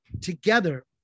together